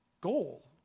goal